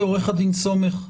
עו"ד סומך,